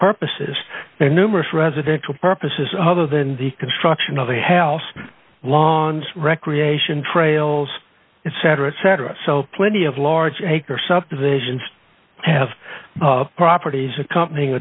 purposes or numerous residential purposes other than the construction of the hells lawns recreation trails and cetera et cetera so plenty of large acre subdivisions have properties accompanying